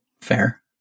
Fair